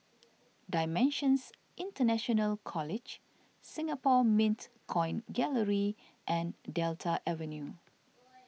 Dimensions International College Singapore Mint Coin Gallery and Delta Avenue